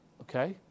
Okay